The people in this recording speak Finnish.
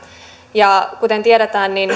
ja kuten tiedetään